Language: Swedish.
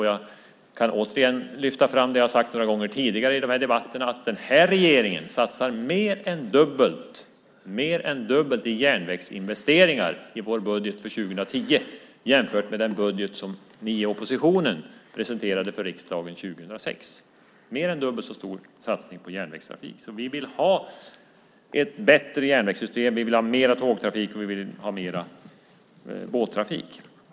Jag kan återigen lyfta fram det jag har sagt tidigare i debatterna, nämligen att den här regeringen satsar mer än dubbelt i järnvägsinvesteringar i vår budget för 2010 jämfört med den budget som ni i oppositionen presenterade för riksdagen 2006. Vi vill ha ett bättre järnvägssystem, mer tågtrafik och mer båttrafik.